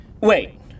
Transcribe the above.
Wait